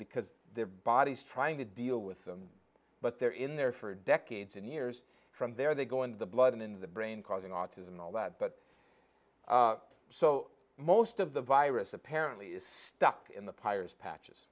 because their body's trying to deal with them but they're in there for decades and years from there they go in the blood and in the brain causing autism and all that but so most of the virus apparently is stuck in the pyres patches